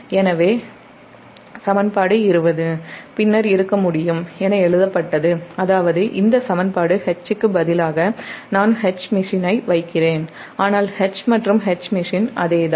எனவே சமன்பாடு 20 பின்னர் இருக்க முடியும் என எழுதப்பட்டது அதாவது இந்த சமன்பாடு H க்கு பதிலாக நான் Hmachine ஐ வைக்கிறேன் ஆனால் H மற்றும் Hmachine அதே தான்